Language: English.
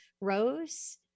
Rose